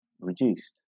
reduced